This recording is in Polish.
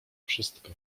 wszystko